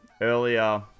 earlier